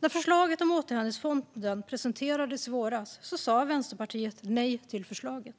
När förslaget om återhämtningsfonden presenterades i våras sa Vänsterpartiet nej till förslaget.